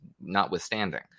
notwithstanding